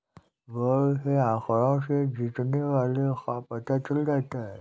vote के आंकड़ों से जीतने वाले का पता चल जाता है